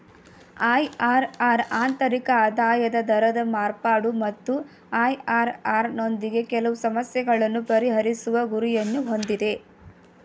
IRR ಆಂತರಿಕ ಆದಾಯದ ದರದ ಮಾರ್ಪಾಡು ಮತ್ತು ಐ.ಆರ್.ಆರ್ ನೊಂದಿಗೆ ಕೆಲವು ಸಮಸ್ಯೆಗಳನ್ನು ಪರಿಹರಿಸುವ ಗುರಿಯನ್ನು ಹೊಂದಿದೆ